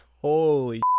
Holy